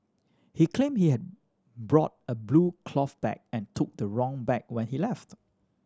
he claimed he had brought a blue cloth bag and took the wrong bag when he left